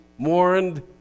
Mourned